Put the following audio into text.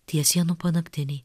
tie sienų panaktiniai